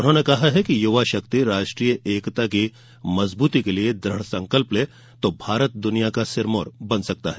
उन्होंने कहा कि युवा शक्ति राष्ट्रीय एकता की मजबूती के लिये दुढ़ संकल्प ले तो भारत दुनिया का सिरमौर बन सकता है